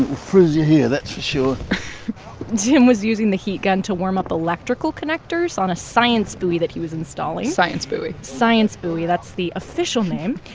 frizzy hair, that's for sure tim was using the heat gun to warm up electrical connectors on a science buoy that he was installing science buoy science buoy that's the official name.